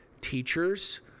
teachers